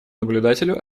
наблюдателю